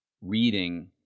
reading